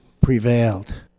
prevailed